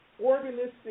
organistic